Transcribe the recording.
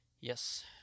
Yes